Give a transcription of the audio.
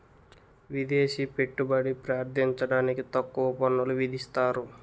విదేశీ పెట్టుబడి ప్రార్థించడానికి తక్కువ పన్నులు విధిస్తారు